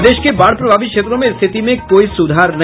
प्रदेश के बाढ़ प्रभावित क्षेत्रों में स्थिति में कोई सुधार नहीं